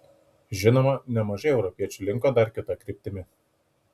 žinoma nemažai europiečių linko dar kita kryptimi